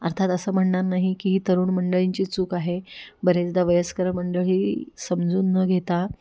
अर्थात असं म्हणणार नाही की ही तरुण मंडळींची चूक आहे बरेचदा वयस्कर मंडळीही समजून न घेता